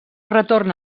retorn